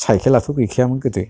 साइकेलाथ' गैखायामोन गोदो